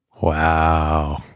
Wow